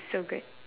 so good